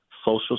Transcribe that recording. social